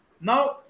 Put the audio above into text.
Now